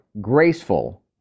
graceful